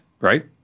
right